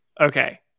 Okay